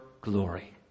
glory